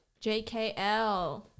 JKL